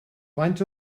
faint